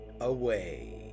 away